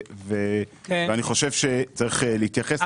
אני חושב שצריך להתייחס לזה.